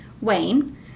Wayne